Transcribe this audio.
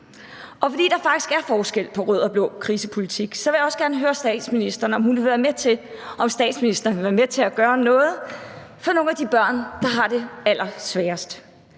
Og fordi der faktisk er forskel på rød og blå krisepolitik, vil jeg også gerne høre statsministeren, om statsministeren vil være med til at gøre noget for nogle af de børn, der har det allersværest.